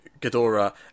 Ghidorah